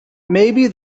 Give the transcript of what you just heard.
maybe